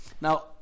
Now